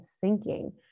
sinking